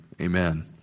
amen